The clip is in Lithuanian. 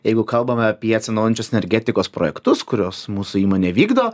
jeigu kalbame apie atsinaujinančios energetikos projektus kuriuos mūsų įmonė vykdo